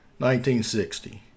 1960